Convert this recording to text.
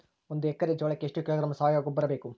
ಒಂದು ಎಕ್ಕರೆ ಜೋಳಕ್ಕೆ ಎಷ್ಟು ಕಿಲೋಗ್ರಾಂ ಸಾವಯುವ ಗೊಬ್ಬರ ಬೇಕು?